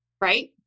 right